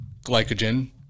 glycogen